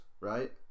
right